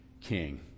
king